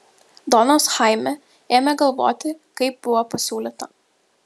donas chaime ėmė galvoti kaip buvo pasiūlyta